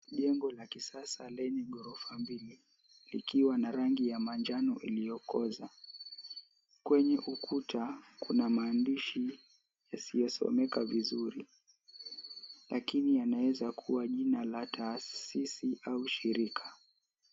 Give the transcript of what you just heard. Jengo la kisasa lenye ghorofa mbili likiwa na rangi ya manjano iliyokoza kwenye ukuta kuna maandishi yasiyosomeka vizuri lakini yanaweza kuwa jina la taasisi au shirika.